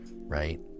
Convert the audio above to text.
Right